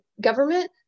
government